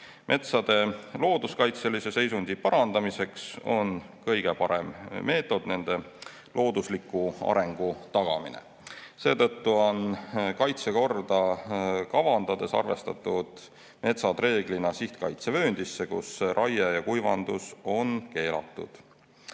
Metsade looduskaitselise seisundi parandamiseks on kõige parem meetod nende loodusliku arengu tagamine. Seetõttu on kaitsekorda kavandades arvestatud metsad reeglina sihtkaitsevööndisse, kus raie ja kuivandus on keelatud.